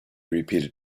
repeated